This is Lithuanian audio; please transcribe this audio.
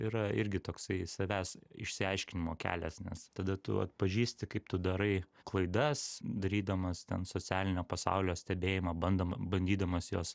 yra irgi toksai savęs išsiaiškinimo kelias nes tada tu atpažįsti kaip tu darai klaidas darydamas ten socialinio pasaulio stebėjimą bandoma bandydamas juos